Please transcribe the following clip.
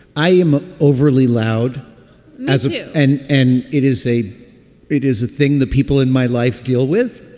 i am overly loud as a and and it is a it is a thing that people in my life deal with.